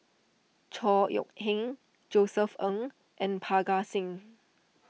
Chor Yeok Eng Josef Ng and Parga Singh